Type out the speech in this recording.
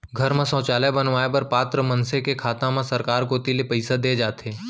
घर म सौचालय बनवाए बर पात्र मनसे के खाता म सरकार कोती ले पइसा दे जाथे